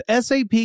SAP